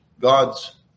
god's